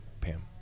pam